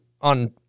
on